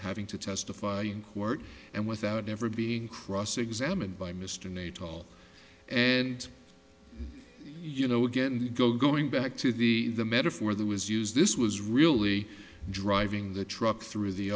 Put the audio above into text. having to testify in court and without ever being cross examined by mr nato all and you know again the goal going back to the the metaphor that was used this was really driving the truck through the